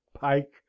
pike